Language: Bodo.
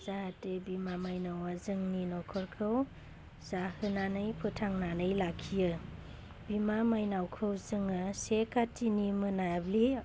जाहाथे बिमा मायनावआ जोंनि न'खरखौ जोहोनानै फोथांनानै लाखियो बिमा मायनावखौ जोङो से खाथिनि मोनाब्लि